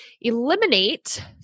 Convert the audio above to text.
eliminate